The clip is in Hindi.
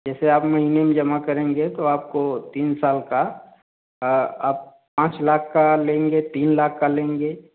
जैसे आप महीने में जमा करेंगें तो आपको तीन साल का आप पाँच लाख का लेंगे तीन लाख का लेंगे